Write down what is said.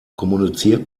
kommuniziert